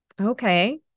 Okay